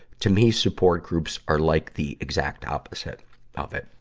to me, support groups are like the exact opposite of it,